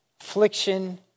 affliction